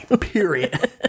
period